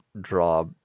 draw